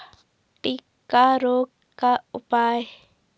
टिक्का रोग का उपाय?